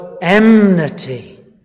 enmity